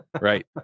right